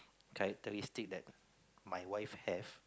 characteristic that my wife have